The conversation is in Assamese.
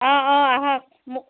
অঁ অঁ আহক মোক